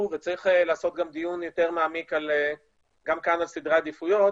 וצריך לעשות גם דיון יותר מעמיק על סדרי העדיפויות